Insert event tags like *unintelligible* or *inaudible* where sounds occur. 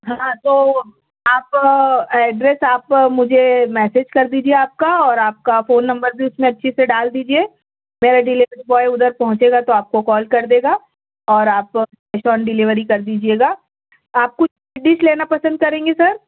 ہاں تو آپ ایڈریس آپ مجھے میسج کر دیجیے آپ کا اور آپ کا فون نمبر بھی اس میں اچھے سے ڈال دیجیے میرا ڈیلیوری بوائے ادھر پہنچے گا تو آپ کو کال کر دے گا اور آپ کیش آن ڈیلیوری کر دیجیے گا آپ کچھ *unintelligible* ڈش لینا پسند کریں گے سر